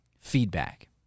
feedback